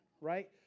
right